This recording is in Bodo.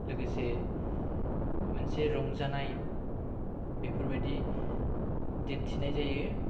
लोगोसे मोनसे रंजानाय बेफोरबायदि दिन्थिनाय जायो